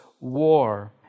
war